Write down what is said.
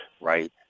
right